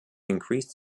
increased